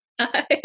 Hi